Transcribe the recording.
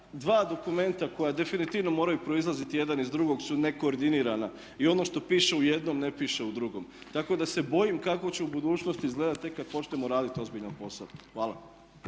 dva dokumenta koja definitivno moraju proizlaziti jedan iz drugog su nekoordinirana i ono što piše u jednom, ne piše u drugom. Tako da se bojim kako će u budućnosti izgledati tek kad počnemo raditi ozbiljan posao. Hvala.